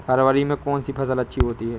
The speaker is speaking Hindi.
फरवरी में कौन सी फ़सल अच्छी होती है?